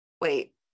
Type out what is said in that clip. wait